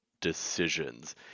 decisions